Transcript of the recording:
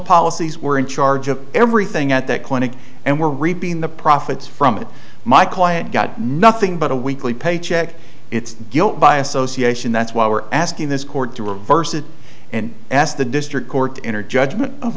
policies were in charge of everything at that clinic and were reaping the profits from it my client got nothing but a weekly paycheck it's guilt by association that's why we're asking this court to reverse it and ask the district court in her judgment of